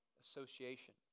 association